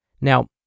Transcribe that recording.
Now